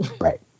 Right